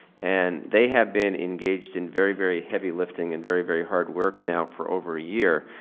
and they have been engaged in very, very heavy lifting and very, very hard work now for over a year.